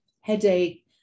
Headache